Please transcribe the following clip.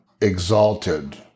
exalted